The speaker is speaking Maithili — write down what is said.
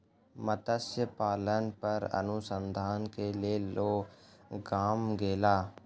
मत्स्य पालन पर अनुसंधान के लेल ओ गाम गेला